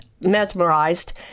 mesmerized